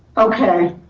okay,